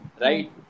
right